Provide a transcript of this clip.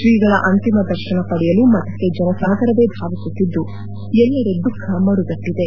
ಶ್ರೀಗಳ ಅಂತಿಮ ದರ್ಶನ ಪಡೆಯಲು ಮಠಕ್ಕೆ ಜನಸಾಗರವೇ ಧಾವಿಸುತ್ತಿದ್ದು ಎಲ್ಲೆಡೆ ದುಃಖ ಮಡುಗಟ್ಟಿದೆ